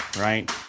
right